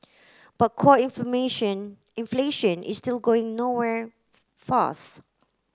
but core information inflation is still going nowhere fast